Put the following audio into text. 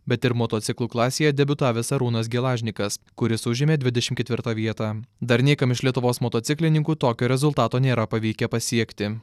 bet ir motociklų klasėje debiutavęs arūnas gelažnikas kuris užėmė dvidešimt ketvirtą vietą dar niekam iš lietuvos motociklininkų tokio rezultato nėra pavykę pasiekti